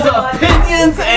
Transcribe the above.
opinions